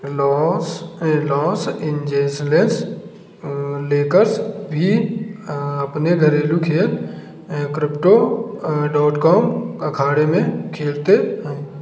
loss Los Angeles Lakers भी अपने घरेलू खेल क्रिप्टो डाॅट कॉम अखाड़े में खेलते हैं